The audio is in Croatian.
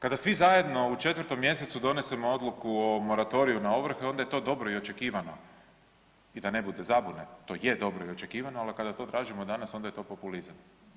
Kada svi zajedno u 4. mjesecu donesemo odluku o moratoriju na ovrhe, onda je to dobro i očekivano, i da ne bude zabune, to je dobro i očekivano, ali kada to tražimo danas, onda je to populizam.